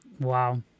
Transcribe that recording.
Wow